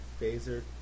Phaser